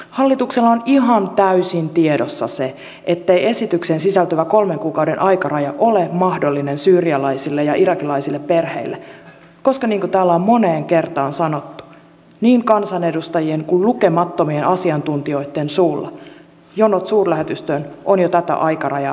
hallituksella on ihan täysin tiedossa se ettei esitykseen sisältyvä kolmen kuukauden aikaraja ole mahdollinen syyrialaisille ja irakilaisille perheille koska niin kuin täällä on moneen kertaan sanottu niin kansanedustajien kuin lukemattomien asiantuntijoitten suulla jonot suurlähetystöön ovat jo tätä aikarajaa pitempiä